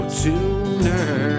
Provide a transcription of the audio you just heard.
tuner